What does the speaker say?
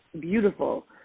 Beautiful